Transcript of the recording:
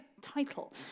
title